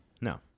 No